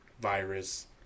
virus